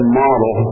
model